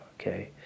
okay